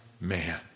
man